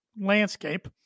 landscape